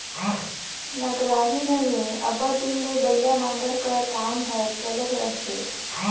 नगराही घनी अब्बड़ दिन ले बइला नांगर कर काम हर चलत रहथे